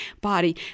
body